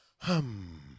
hum